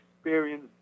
experience